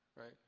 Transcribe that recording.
right